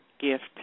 gift